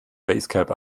basecap